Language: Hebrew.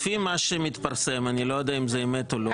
לפי מה שמתפרסם, אני לא יודע אם זה אמת או לא.